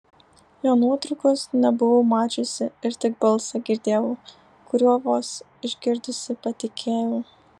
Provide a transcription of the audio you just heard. jo nuotraukos nebuvau mačiusi ir tik balsą girdėjau kuriuo vos išgirdusi patikėjau